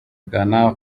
ghana